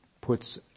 puts